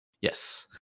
Yes